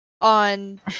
on